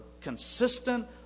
consistent